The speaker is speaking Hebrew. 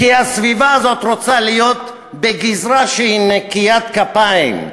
כי הסביבה הזאת רוצה להיות בגזרה שהיא נקיית כפיים,